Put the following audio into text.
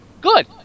good